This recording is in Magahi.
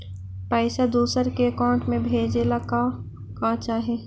पैसा दूसरा के अकाउंट में भेजे ला का का चाही?